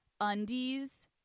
Undies